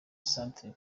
centre